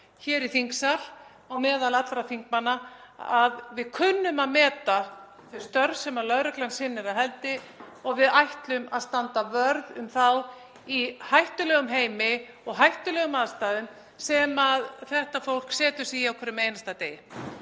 hér í þingsal og meðal allra þingmanna að við kunnum að meta þau störf sem lögreglan innir af hendi og að við ætlum að standa vörð um þá í hættulegum heimi og hættulegum aðstæðum sem þetta fólk setur sig í á hverjum einasta degi.